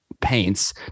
paints